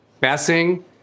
passing